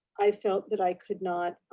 i felt that i could not,